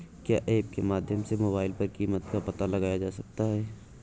क्या ऐप के माध्यम से मोबाइल पर कीमत का पता लगाया जा सकता है?